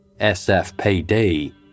SFPD